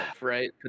right